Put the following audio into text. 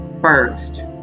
first